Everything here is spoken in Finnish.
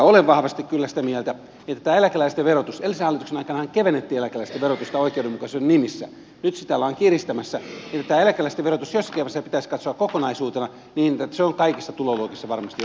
olen vahvasti kyllä sitä mieltä että tämä eläkeläisten verotus edellisen hallituksen aikanahan kevennettiin eläkeläisten verotusta oikeudenmukaisuuden nimissä nyt sitä ollaan kiristämässä jossakin vaiheessa pitäisi katsoa kokonaisuutena niin että se on kaikissa tuloluokissa varmasti oikeudenmukaista